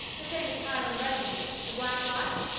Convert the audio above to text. the famous highland regiment, the black watch,